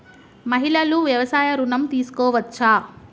మహిళలు వ్యవసాయ ఋణం తీసుకోవచ్చా?